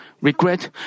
regret